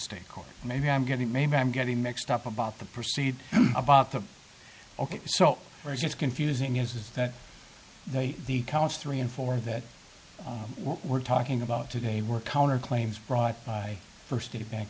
state court maybe i'm getting maybe i'm getting mixed up about the proceed about the ok so we're just confusing is that they the counts three and four that we're talking about today were counterclaims brought by first the bank